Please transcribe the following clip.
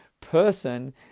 person